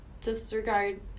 disregard